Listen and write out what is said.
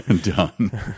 Done